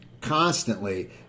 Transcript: constantly